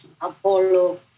Apollo